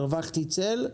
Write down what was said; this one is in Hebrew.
הרווחתי צל,